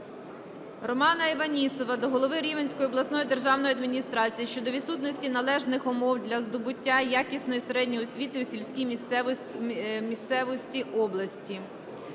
Романа Іванісова до голови Рівненської обласної державної адміністрації щодо відсутності належних умов для здобуття якісної середньої освіти у сільській місцевості області.